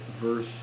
verse